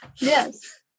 yes